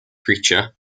preacher